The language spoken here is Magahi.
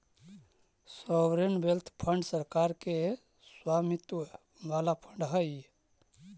सॉवरेन वेल्थ फंड सरकार के स्वामित्व वाला फंड हई